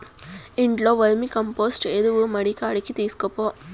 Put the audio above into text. ఇంట్లో వర్మీకంపోస్టు ఎరువు మడికాడికి తీస్కపో